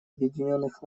объединенных